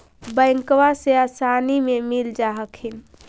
बैंकबा से आसानी मे मिल जा हखिन?